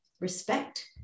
respect